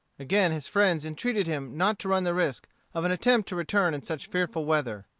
again his friends entreated him not to run the risk of an attempt to return in such fearful weather.